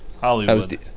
Hollywood